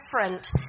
different